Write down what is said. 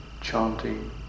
chanting